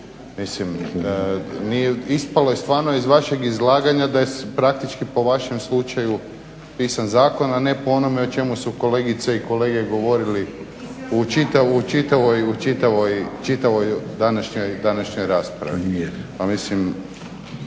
ovako nešto. Ispalo je stvarno iz vašeg izlaganja da je praktički po vašem slučaju pisan zakon, a ne po onome o čemu su kolegice i kolege govorili u čitavoj današnjoj raspravi. **Stazić,